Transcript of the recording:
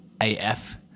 AF